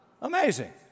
Amazing